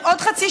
שעושים.